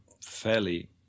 fairly